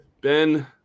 Ben